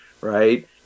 right